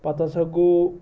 پَتہٕ ہَسا گوٚو